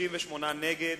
17, נגד,